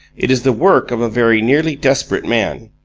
it is the work of a very nearly desperate man,